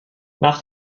nach